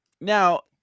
now